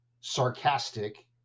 sarcastic